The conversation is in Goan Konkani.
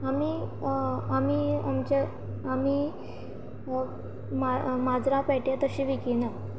आमी आमी आमचे आमी माजरां पेटे तशे विकिना